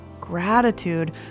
Gratitude